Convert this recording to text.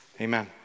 amen